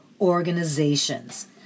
organizations